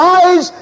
eyes